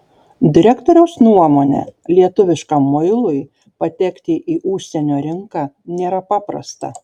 direktoriaus nuomone lietuviškam muilui patekti į užsienio rinką nėra paprasta